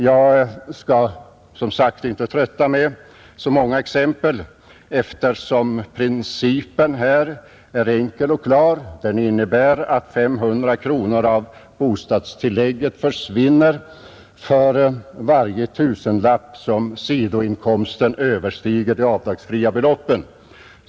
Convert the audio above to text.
Jag skall som sagt inte trötta med så många exempel, eftersom principen här är enkel och klar. Den innebär att 500 kronor av bostadstillägget försvinner för varje tusenlapp med vilken sidoinkomsten överstiger det avdragsfria beloppet.